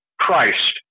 Christ